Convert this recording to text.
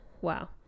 Wow